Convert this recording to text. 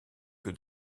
que